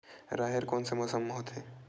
राहेर कोन से मौसम म होथे?